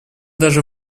даже